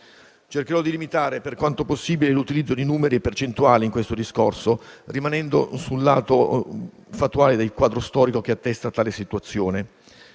Cercherò di limitare, per quanto possibile, l'utilizzo di numeri e percentuali in questo discorso, rimanendo sul lato fattuale del quadro storico che attesta tale situazione.